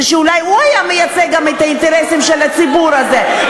ואולי הוא היה גם מייצג את האינטרסים של הציבור הזה,